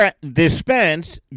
Dispense